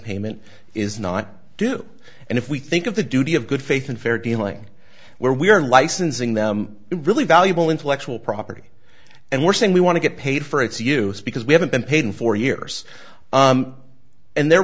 payment is not due and if we think of the duty of good faith and fair dealing where we are in licensing them really valuable intellectual property and we're saying we want to get paid for its use because we haven't been paid in four years and their